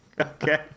Okay